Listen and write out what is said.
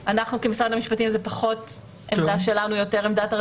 העובד הסוציאלי מזהה שיש פה חשש לשלומו של הילד כדי לאפשר לבעל המקצוע